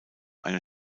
eine